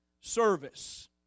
service